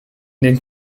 den